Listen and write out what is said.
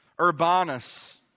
Urbanus